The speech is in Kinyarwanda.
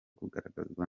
kugaragazwa